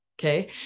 Okay